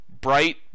bright